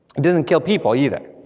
it doesn't kill people either.